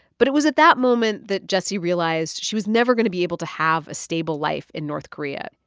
but it was at that moment that jessie realized she was never going to be able to have a stable life in north korea.